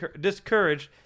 discouraged